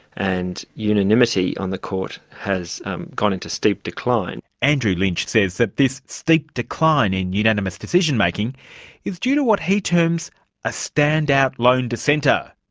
and unanimity on the court has gone into steep decline. andrew lynch says that this steep decline in unanimous decision-making is due to what he terms a stand-out lone dissenter,